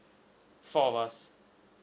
four of us